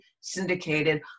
syndicated